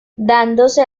dándose